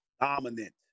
Dominant